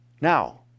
Now